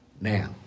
Now